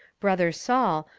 brother saul,